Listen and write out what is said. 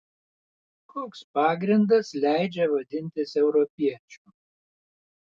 koks pagrindas leidžia vadintis europiečiu